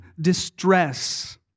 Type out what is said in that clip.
distress